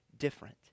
different